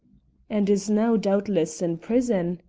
and is now, doubtless, in prison,